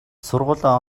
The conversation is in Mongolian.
сургуулиа